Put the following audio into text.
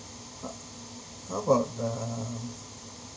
ha~ how about the